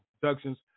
Productions